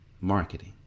marketing